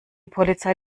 polizei